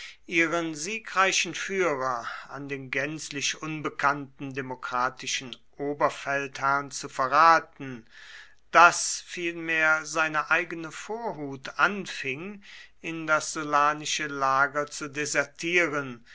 ihren siegreichen führer an den gänzlich unbekannten demokratischen oberfeldherrn zu verraten daß vielmehr seine eigene vorhut anfing in das sullanische lager zu desertieren